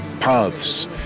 paths